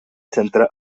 centra